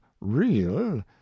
real